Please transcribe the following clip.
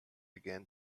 again